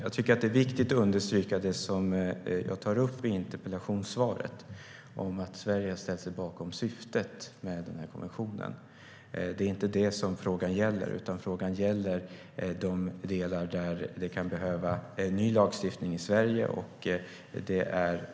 Det är viktigt att understryka det jag tar upp i interpellationssvaret, nämligen att Sverige har ställt sig bakom syftet med konventionen. Det är inte det som frågan gäller, utan den gäller de delar där det kan behövas ny lagstiftning i Sverige.